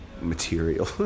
Material